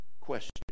question